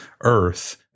Earth